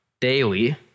daily